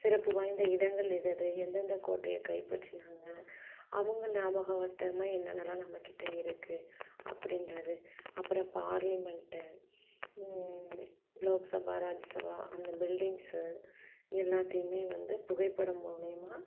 சிறப்பு வாய்ந்த இடங்கள் எதெது எந்தெந்த கோட்டையை கைப்பற்றினாங்கள் அவங்க நியாபக வர்த்தகமாக என்னென்னலாம் நம்மக்கிட்ட இருக்குது அப்படின்றது அப்புறம் பார்லிமெண்ட்டு லோக்சபா ராஜசபா அந்த பில்டிங்க்ஸு எல்லாத்தையுமே வந்து புகைப்படம் மூலயமா